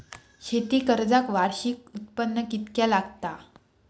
शेती कर्जाक वार्षिक उत्पन्न कितक्या लागता?